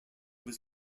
was